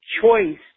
choice